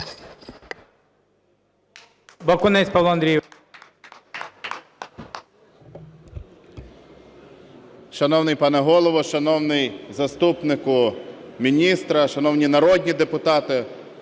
Бакунець Павло Андрійович.